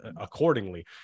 accordingly